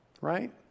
right